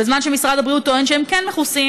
בזמן שמשרד הבריאות טוען שהם כן מכוסים,